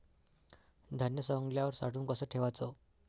धान्य सवंगल्यावर साठवून कस ठेवाच?